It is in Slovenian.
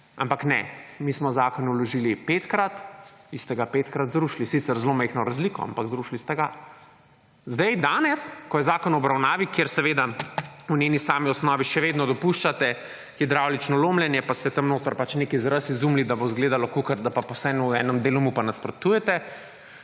ampak ne. Mi smo zakon vložili petkrat, vi ste ga petrkrat zrušili, sicer z zelo majhno razliko, ampak zrušili ste ga. Danes ko je zakon v obravnavi, kjer seveda v njeni sami osnovi še vedno dopuščate hidravlično lomljenje, pa ste tam notri pač nek izraz izumili, da bo izgledalo kot da pa vseeno v enem delu mu pa nasprotujete,